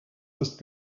ist